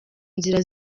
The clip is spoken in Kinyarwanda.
nzira